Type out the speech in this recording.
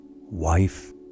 wife